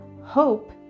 Hope